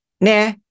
nah